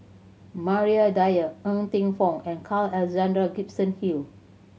Maria Dyer Ng Teng Fong and Carl Alexander Gibson Hill